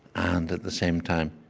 and at the same time,